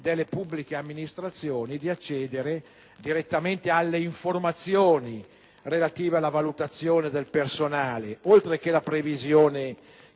delle pubbliche amministrazioni di accedere direttamente alle informazioni relative alla valutazione del personale, oltre che della previsione